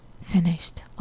finished